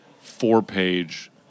four-page